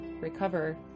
recover